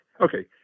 okay